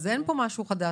אז אין פה משהו חדש.